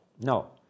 No